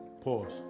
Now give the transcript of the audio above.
Pause